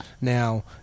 Now